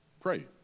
pray